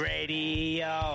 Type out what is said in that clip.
Radio